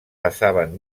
passaven